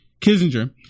Kissinger